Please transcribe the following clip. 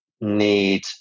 need